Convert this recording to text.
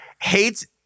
hates